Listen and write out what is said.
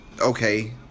Okay